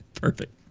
Perfect